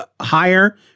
higher